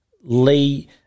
Lee